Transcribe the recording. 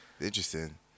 Interesting